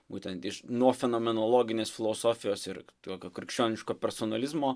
būtent iš nuo fenomenologinės filosofijos ir tokio krikščioniško personalizmo